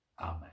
Amen